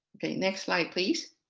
next slide please.